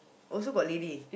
also got lady